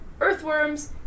earthworms